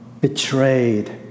betrayed